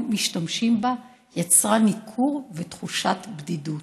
משתמשים בה יצרה ניכור ותחושת בדידות,